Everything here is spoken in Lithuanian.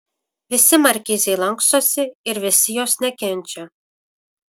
visi markizei lankstosi ir visi jos nekenčia